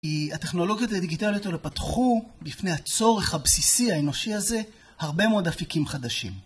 הטכנולוגיות הדיגיטליות הן הפתחו בפני הצורך הבסיסי האנושי הזה הרבה מאוד עפיקים חדשים.